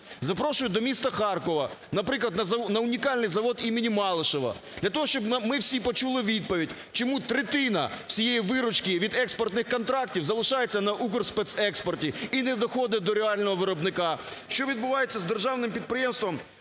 Запрошую до міста Харкова, наприклад, на унікальний завод імені Малишева. Для того, щоб ми всі почули відповідь, чому третина всієї виручки від експортних контрактів, залишається на "Укрспецекспорті" і не доходить до реального виробника. Що відбувається з Державним підприємством